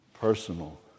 personal